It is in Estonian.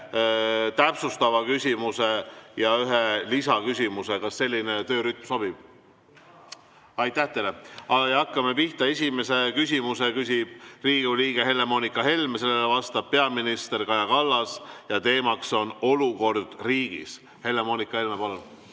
täpsustava küsimuse ja ühe lisaküsimuse. Kas selline töörütm sobib? Aitäh teile! Hakkame pihta. Esimese küsimuse küsib Riigikogu liige Helle‑Moonika Helme, sellele vastab peaminister Kaja Kallas ja teema on olukord riigis. Helle‑Moonika Helme, palun!